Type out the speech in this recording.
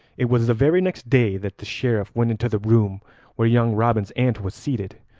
it was the very next day that the sheriff went into the room where young robin's aunt was seated,